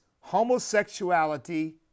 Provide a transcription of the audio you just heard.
homosexuality